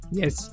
yes